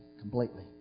Completely